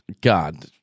God